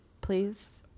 please